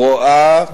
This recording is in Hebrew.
רואה